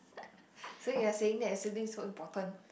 so you are saying that is sibling is so important